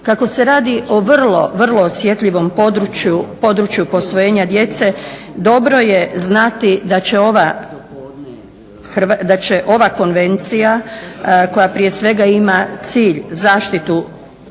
Kako se radi o vrlo, vrlo osjetljivom području, području posvojenja djece, dobro je znati da će ova Konvencija koja prije svega ima cilj zaštitu u